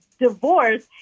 divorce